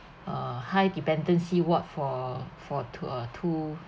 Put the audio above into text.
uh high dependency ward for for two uh two